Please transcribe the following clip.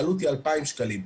העלות היא 2,000 שקלים.